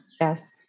Yes